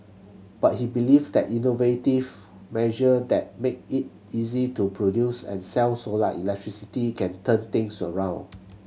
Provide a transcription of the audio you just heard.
but he believe that innovative measure that make it easy to produce and sell solar electricity can turn things around